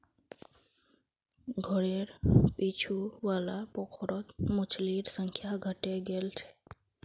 घरेर पीछू वाला पोखरत मछलिर संख्या घटे गेल छ